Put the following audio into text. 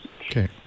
Okay